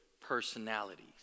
personalities